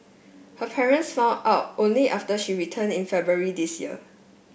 her parents found out only after she returned in February this year